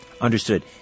Understood